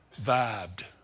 vibed